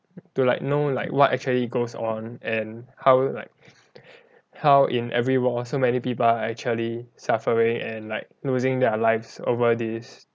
to like know like what actually goes on and how like how in every war so many people are actually suffering and like losing their lives over this